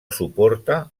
suporta